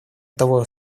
того